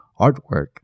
artwork